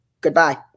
goodbye